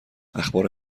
اخبار